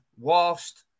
whilst